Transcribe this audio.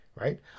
Right